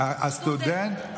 סטודנט,